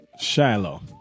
Shiloh